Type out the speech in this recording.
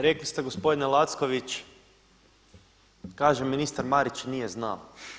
Rekli ste gospodine Lacković, kaže ministar Marić nije znao.